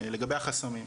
לגבי החסמים,